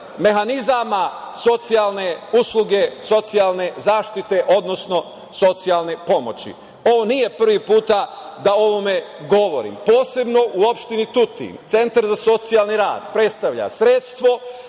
mehanizama socijalne usluge, socijalne zaštite, odnosno socijalne pomoći. Ovo nije prvi put da o ovome govorim, posebno u opštini Tutin, Centar za socijalni rad predstavlja sredstvo